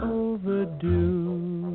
overdue